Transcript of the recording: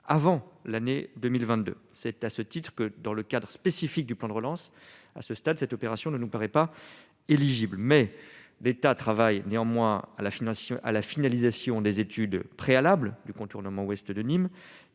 avant l'année 2022, c'est à ce titre que dans le cadre spécifique du plan de relance à ce stade, cette opération ne nous paraît pas éligible, mais l'État travaille néanmoins à la à la finalisation des études préalables du contournement ouest de Nîmes